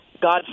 God